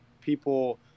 people